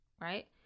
right